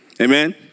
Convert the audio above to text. Amen